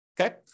Okay